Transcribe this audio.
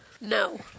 No